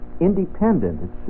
independent